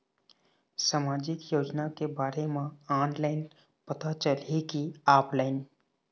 सामाजिक योजना के बारे मा ऑनलाइन पता चलही की ऑफलाइन?